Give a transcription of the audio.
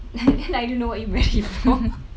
then I don't know what you marry for